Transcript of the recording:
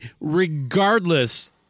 regardless